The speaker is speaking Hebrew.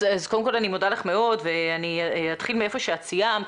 קודם כל אני מודה לך מאוד ואני אתחיל מאיפה שאת סיימת.